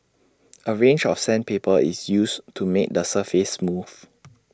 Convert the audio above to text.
A range of sandpaper is used to make the surface smooth